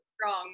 Strong